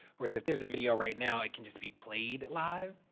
whereas if there's a video right now, it can just be played live,